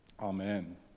Amen